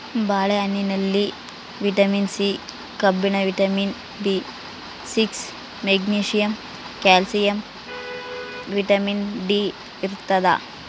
ಬಾಳೆ ಹಣ್ಣಿನಲ್ಲಿ vitamin C ಕಬ್ಬಿಣ vitamin B six magnesium calcium vitamin D ಇರ್ತಾದ